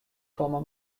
komme